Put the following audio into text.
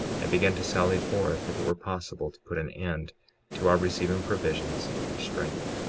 and began to sally forth, if it were possible to put an end to our receiving provisions and strength.